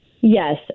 Yes